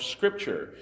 Scripture